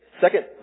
Second